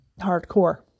hardcore